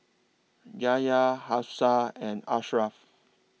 Yahaya Hafsa and Ashraff